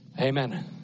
Amen